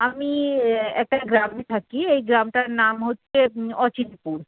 আমি একটা গ্রামে থাকি এই গ্রামটার নাম হচ্ছে অচিনপুর